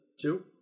Two